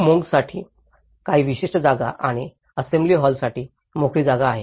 मोंकंसाठी काही विशिष्ट जागा आणि असेंब्ली हॉलसाठी मोकळी जागा आहे